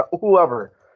Whoever